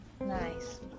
nice